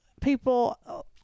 people